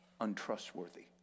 untrustworthy